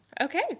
Okay